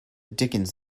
dickens